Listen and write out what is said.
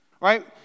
Right